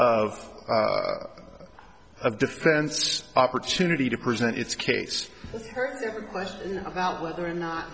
of of defense opportunity to present its case about whether or not